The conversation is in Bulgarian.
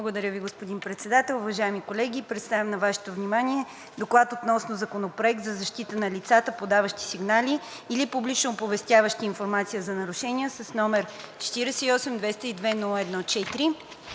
Благодаря Ви, господин Председател. Уважаеми колеги, представям на Вашето внимание „ДОКЛАД относно Законопроект за защита на лицата, подаващи сигнали или публично оповестяващи информация за нарушения, № 48-202-01-4,